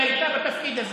כי היא הייתה בתפקיד הזה.